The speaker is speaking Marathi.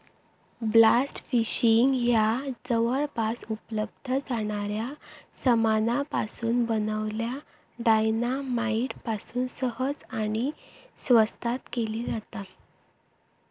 ब्लास्ट फिशिंग ह्या जवळपास उपलब्ध जाणाऱ्या सामानापासून बनलल्या डायना माईट पासून सहज आणि स्वस्तात केली जाता